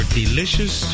delicious